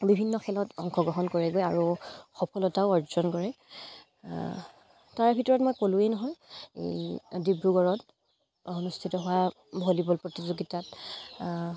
বিভিন্ন খেলত অংশগ্ৰহণ কৰেগৈ আৰু সফলতাও অৰ্জন কৰে তাৰে ভিতৰত মই ক'লোৱেই নহয় এই ডিব্ৰুগড়ত অনুষ্ঠিত হোৱা ভলীবল প্ৰতিযোগিতাত